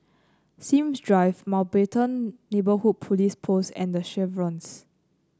S ims Drive Mountbatten Neighbourhood Police Post and The Chevrons